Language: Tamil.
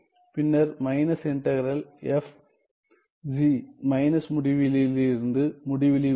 பின்னர் minus integral f g minus முடிவிலியிலிருந்து முடிவிலி வரைக்கும்